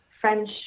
French